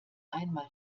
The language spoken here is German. einmal